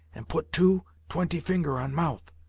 and put two, twenty finger on mouth.